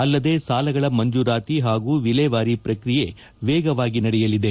ಅಲ್ಲದೆ ಸಾಲಗಳ ಮಂಜೂರಾತಿ ಹಾಗೂ ವಿಲೇವಾರಿ ಪ್ರಕ್ರಿಯೆ ವೇಗವಾಗಿ ನಡೆಯಲಿದೆ